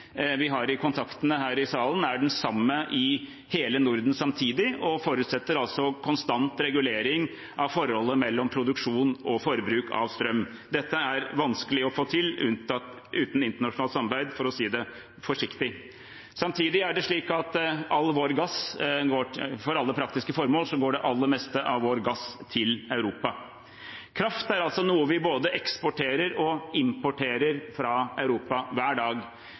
den samme i hele Norden samtidig og forutsetter konstant regulering av forholdet mellom produksjon og forbruk av strøm. Dette er vanskelig å få til uten internasjonalt samarbeid, for å si det forsiktig. Samtidig er det slik at for alle praktiske formål går det aller meste av vår gass til Europa. Kraft er noe vi både eksporterer til og importerer fra Europa, hver dag.